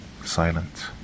silent